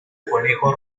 conejo